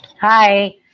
Hi